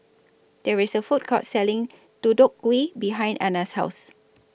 There IS A Food Court Selling Deodeok Gui behind Anna's House